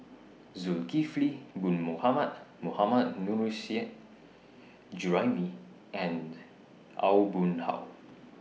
Zulkifli Bin Mohamed Mohammad Nurrasyid Juraimi and Aw Boon Haw